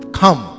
come